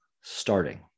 starting